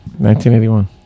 1981